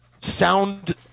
sound